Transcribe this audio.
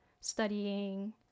studying